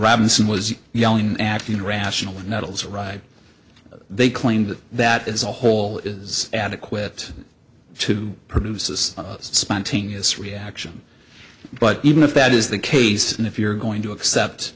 robinson was yelling and acting irrationally nettles right they claimed that is a whole is adequate to produces spontaneous reaction but even if that is the case and if you're going to accept